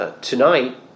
tonight